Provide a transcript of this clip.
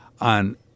on